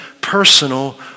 personal